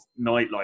nightlife